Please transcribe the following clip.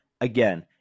Again